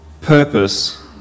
purpose